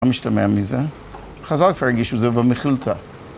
לא משתמע מזה, חז"ח כבר הרגישו את זה במכילתא.